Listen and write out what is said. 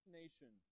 nation